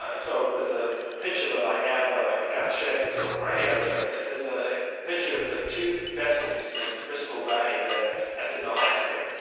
ah so there's ah a picture that i have, i can't share because we're on radio, but there's a picture of ah two vessels in bristol bay, that's in alaska,